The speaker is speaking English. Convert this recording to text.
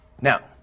Now